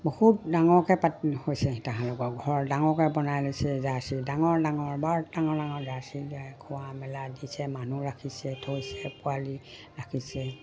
বহুত ডাঙৰকে পাাত হৈছে তেওঁলোকৰ ঘৰ ডাঙৰকে বনাই লৈছে জাৰ্চি ডাঙৰ ডাঙৰ বৰ ডাঙৰ ডাঙৰ জাৰ্চি গাই খোৱা মেলা দিছে মানুহ ৰাখিছে থৈছে পোৱালি ৰাখিছে